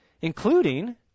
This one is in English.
including